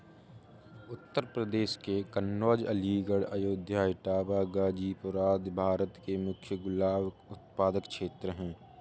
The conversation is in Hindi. उत्तर प्रदेश के कन्नोज, अलीगढ़, अयोध्या, इटावा, गाजीपुर आदि भारत के मुख्य गुलाब उत्पादक क्षेत्र हैं